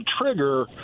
trigger